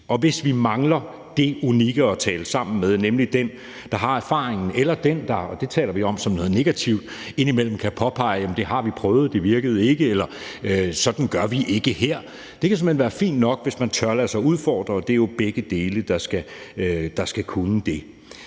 Og vi må ikke mangle det unikke at tale sammen med, nemlig den, der har erfaringen, eller den, der – og det taler vi om som noget negativt – indimellem kan påpege: Jamen det har vi prøvet; det virkede ikke, eller: Sådan gør vi ikke her. Det kan såmænd være fint nok, hvis man tør lade sig udfordre, og det er jo begge parter, der skal kunne det.